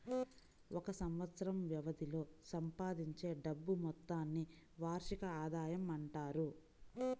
ఒక సంవత్సరం వ్యవధిలో సంపాదించే డబ్బు మొత్తాన్ని వార్షిక ఆదాయం అంటారు